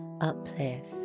uplift